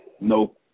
no